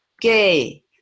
gay